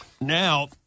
Now